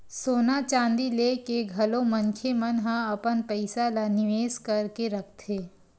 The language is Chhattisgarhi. सोना चांदी लेके घलो मनखे मन ह अपन पइसा ल निवेस करके रखथे